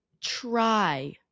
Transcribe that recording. try